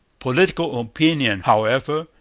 political opinion, however,